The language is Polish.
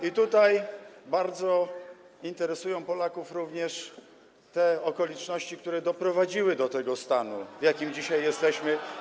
I tutaj bardzo interesują Polaków również okoliczności, które doprowadziły do tego stanu, w jakim dzisiaj jesteśmy.